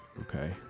okay